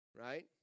right